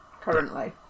currently